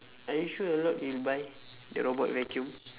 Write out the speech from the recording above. are you sure a lot will buy the robot vacuum